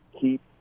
keep